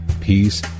peace